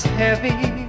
heavy